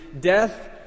death